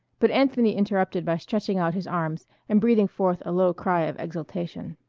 but anthony interrupted by stretching out his arms and breathing forth a low cry of exultation.